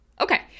Okay